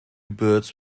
birds